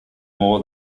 more